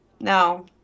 No